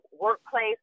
workplace